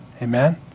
Amen